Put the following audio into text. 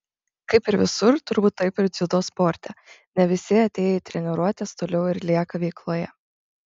kaip ir visur turbūt taip ir dziudo sporte ne visi atėję į treniruotes toliau ir lieka veikloje